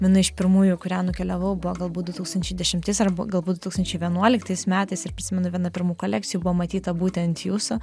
viena iš pirmųjų į kurią nukeliavau buvo galbūt du tūkstančiai dešimtais arba galbūt du tūkstančiai vienuoliktais metais ir prisimenu viena pirmųjų kolekcijų buvo matyta būtent jūsų